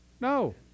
No